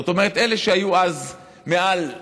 זאת אומרת, אלה שהיו אז מעל מג"ד,